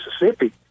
Mississippi